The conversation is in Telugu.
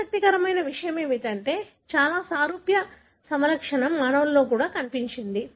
ఆసక్తికరమైన విషయం ఏమిటంటే చాలా సారూప్య సమలక్షణం మానవులలో కూడా కనిపించింది